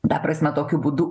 ta prasme tokiu būdu